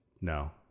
No